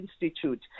Institute